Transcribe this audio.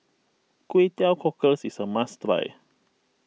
Kway Teow Cockles is a must try